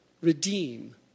redeem